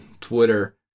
Twitter